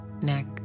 neck